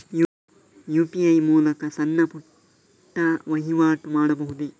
UPI ಮೂಲಕ ಸಣ್ಣ ಪುಟ್ಟ ವಹಿವಾಟು ಮಾಡಬಹುದೇ?